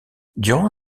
durant